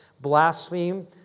blaspheme